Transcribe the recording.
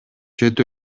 чет